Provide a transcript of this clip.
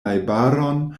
najbaron